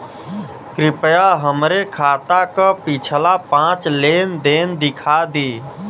कृपया हमरे खाता क पिछला पांच लेन देन दिखा दी